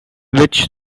which